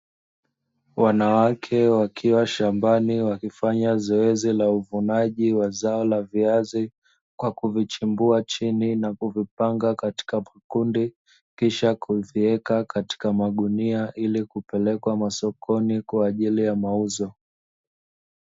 Wanawake wakiwa shambani wakifanya zoezi la uvunaji wa zao la viazi kwa kuvichimbua chini na kuvipanga katika makundi, kisha kuviweka katika magunia ili kupelekwa sokoni kwa ajili ya mauzo.